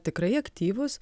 tikrai aktyvūs